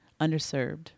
underserved